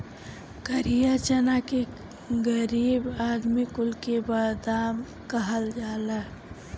करिया चना के गरीब आदमी कुल के बादाम कहल जाला